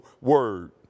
word